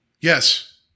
yes